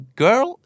girl